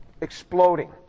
exploding